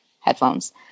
headphones